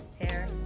hair